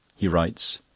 he writes